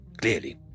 Clearly